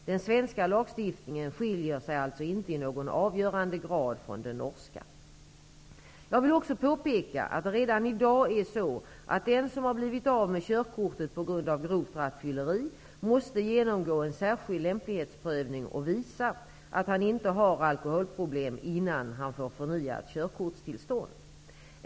Den svenska lagstiftningen skiljer sig alltså inte i någon avgörande grad från den norska. Jag vill också påpeka att det redan i dag är så att den som har blivit av med körkortet på grund av grovt rattfylleri måste genomgå en särskild lämplighetsprövning och visa att han inte har alkoholproblem innan han får förnyat körkortstillstånd.